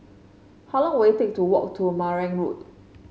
how long will it take to walk to Marang Road